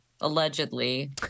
Allegedly